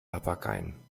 papageien